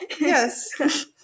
yes